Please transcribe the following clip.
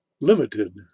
limited